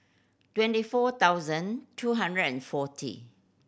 twenty four thousand two hundred and forty